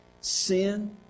Sin